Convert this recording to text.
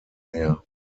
mehr